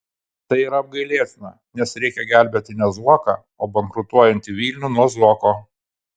tai yra apgailėtina nes reikia gelbėti ne zuoką o bankrutuojantį vilnių nuo zuoko